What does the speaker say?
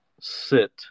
sit